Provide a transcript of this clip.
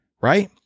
right